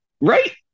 right